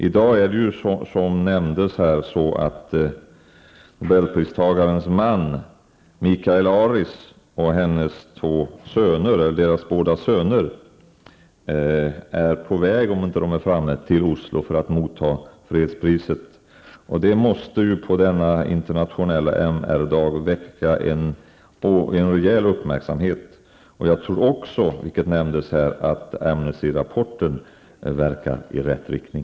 I dag är det, som nyss här nämndes, så att nobelpristagarens man och deras parets söner är på väg till Oslo för att ta emot fredspriset. Det måste ju på denna internationella dag för mänskliga rättigheter väcka internationell uppmärksamhet. Jag tror också, som här nämndes, att rapporten från Amnesty verkade i rätt riktning.